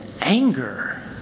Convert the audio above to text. anger